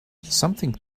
something